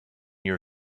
your